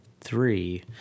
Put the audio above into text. three